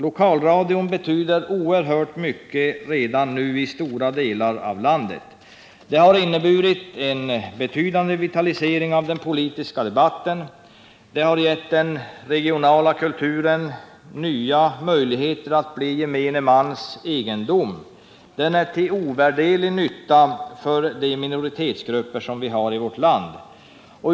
Lokalradion betyder oerhört mycket redan nu i stora delar av landet. Den har inneburit en betydande vitalisering av den politiska debatten. Lokalradion har givit den regionala kulturen nya möjligheter att bli gemene mans egendom. Den är till ovärderlig nytta för de minoritetsgrupper som finns i vårt land.